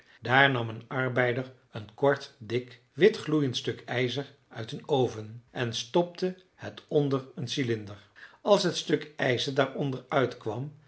daar nam een arbeider een kort dik wit gloeiend stuk ijzer uit een oven en stopte het onder een cylinder als het stuk ijzer daaronder